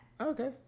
Okay